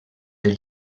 del